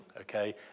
okay